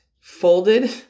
folded